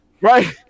Right